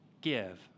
give